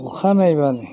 अखा नायबानो